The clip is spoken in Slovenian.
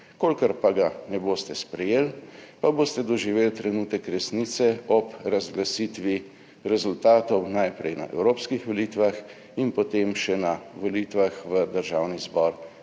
kolikor pa ga ne boste sprejeli, pa boste doživeli trenutek resnice ob razglasitvi rezultatov, najprej na evropskih volitvah in potem še na volitvah v Državni zbor